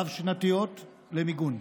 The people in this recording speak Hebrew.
רב-שנתיות, למיגון: